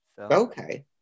Okay